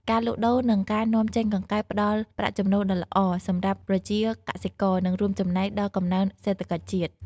ការលក់ដូរ និងការនាំចេញកង្កែបផ្តល់ប្រាក់ចំណូលដ៏ល្អសម្រាប់ប្រជាកសិករ និងរួមចំណែកដល់កំណើនសេដ្ឋកិច្ចជាតិ។